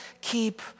keep